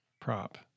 prop